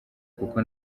kuko